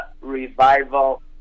Revival